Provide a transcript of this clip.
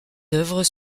œuvres